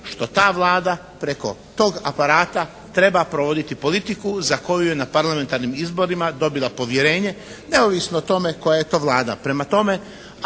što ta Vlada preko tog aparata treba provoditi politiku za koju je na parlamentarnim izborima dobila povjerenje, neovisno o tome koja je to Vlada.